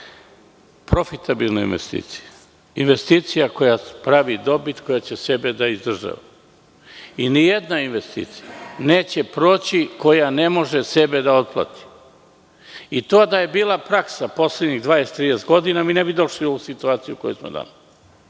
profitabilna investicija, investicija koja pravi dobit, koja će sebe da izdržava i nijedna investicija neće proći koja ne može sebe da otplati, a to da je bila praksa poslednjih 20, 30 godina, mi ne bi došli u situaciju u kojoj smo danas.